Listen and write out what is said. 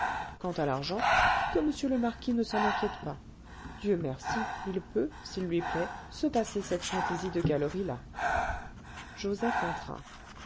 quant à l'argent que monsieur le marquis ne s'en inquiète pas dieu merci il peut s'il lui plaît se passer cette fantaisie de galerie là joseph entra